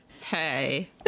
Hey